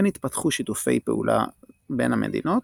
כן התפתחו שיתופי פעולה בין המדינות,